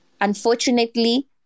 Unfortunately